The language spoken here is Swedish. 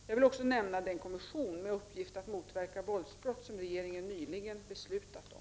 Jag vill också nämna den kommission med uppgift att motverka våldsbrott som regeringen nyligen beslutat om.